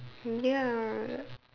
ya